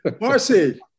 Marcy